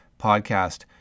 podcast